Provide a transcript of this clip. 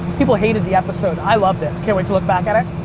people hated the episode. i loved it, can't wait to look back at it.